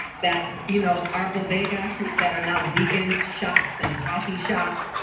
that you know our bodegas that are now vegan shops and coffee shops,